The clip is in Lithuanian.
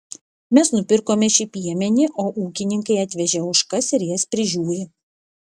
mes nupirkome šį piemenį o ūkininkai atvežė ožkas ir jas prižiūri